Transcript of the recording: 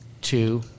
two